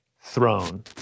throne